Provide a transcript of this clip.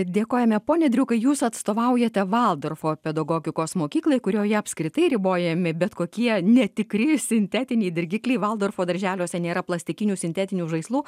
dėkojame pone driukai jūs atstovaujate valdorfo pedagogikos mokyklai kurioje apskritai ribojami bet kokie netikri sintetiniai dirgikliai valdorfo darželiuose nėra plastikinių sintetinių žaislų